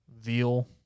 veal